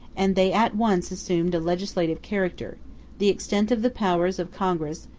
and they at once assumed a legislative character the extent of the powers of congress,